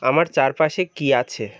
আমার চারপাশে কী আছে